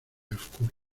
oscuro